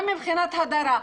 גם מבחינת הדרה,